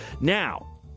Now